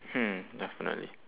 hmm definitely